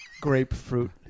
Grapefruit